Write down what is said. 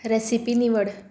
recipe निवड